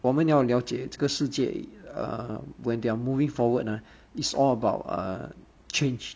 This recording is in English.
我们要了解这个世界 uh when they are moving forward ah it's all about uh change